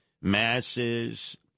masses